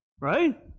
Right